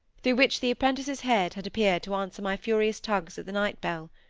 through which the apprentice's head had appeared to answer my furious tugs at the night-bell.